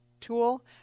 tool